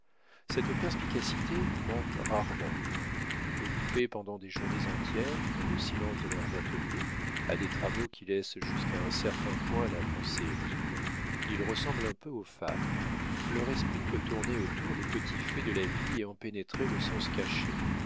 cette perspicacité manque rarement aux peintres occupés pendant des journées entières dans le silence de leurs ateliers à des travaux qui laissent jusqu'à un certain point la pensée libre ils ressemblent un peu aux femmes leur esprit peut tourner autour des petits faits de la vie et en pénétrer le sens caché